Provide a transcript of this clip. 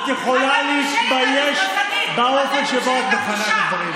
את יכולה להתבייש באופן שבו את מכנה את הדברים האלה.